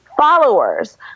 followers